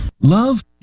Love